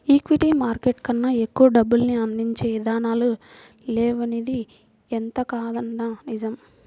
equity market కన్నా ఎక్కువ డబ్బుల్ని అందించే ఇదానాలు లేవనిది ఎంతకాదన్నా నిజం